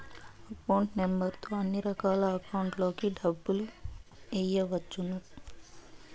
account number తో అన్నిరకాల అకౌంట్లలోకి డబ్బులు ఎయ్యవచ్చు